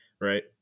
right